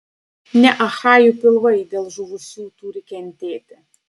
ne achajų pilvai dėl žuvusių turi kentėti